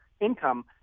income